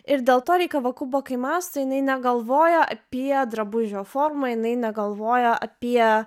ir dėl to rei kavakubo kai mąsto jinai negalvoja apie drabužio formą jinai negalvoja apie